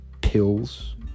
pills